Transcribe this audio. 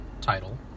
title